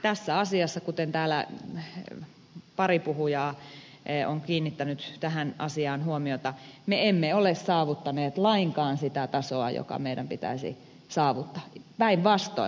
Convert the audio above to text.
tässä asiassa kuten täällä pari puhujaa on kiinnittänyt tähän asiaan huomiota me emme ole saavuttaneet lainkaan sitä tasoa joka meidän pitäisi saavuttaa päinvastoin